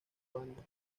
banda